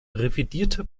revidierte